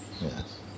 Yes